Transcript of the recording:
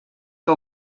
que